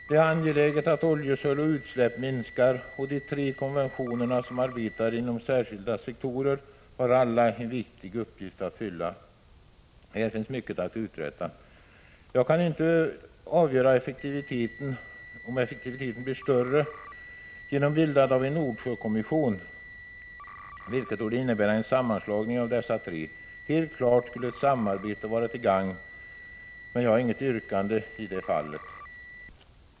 Det är angeläget att oljesöl och utsläpp minskar, och de tre kommissioner som arbetar inom särskilda sektorer har alla en viktig uppgift att fylla. Här finns mycket att uträtta. Jag kan inte avgöra om effektiviteten blir större genom bildande av en Nordsjökommission, vilket torde innebära en sammanslagning av de tre som nu finns. Helt klart skulle ett samarbete vara till gagn, men jag har inget yrkande i det fallet.